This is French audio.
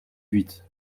huit